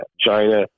China